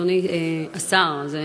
אדוני השר, לי